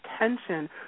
attention